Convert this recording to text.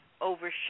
overshadow